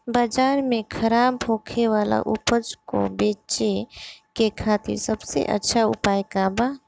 बाजार में खराब होखे वाला उपज को बेचे के खातिर सबसे अच्छा उपाय का बा?